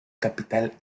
capital